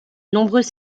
nombreux